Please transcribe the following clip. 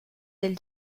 del